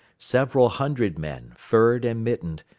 several hundred men, furred and mittened,